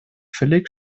völlig